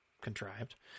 contrived